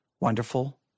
wonderful